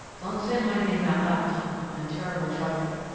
don't say my name out loud tom. i'm in terrible trouble.